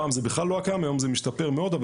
פעם זה בכלל לא היה קיים והיום זה משתפר מאוד אבל